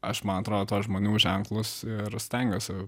aš man atrodo žmonių ženklus ir stengiuosi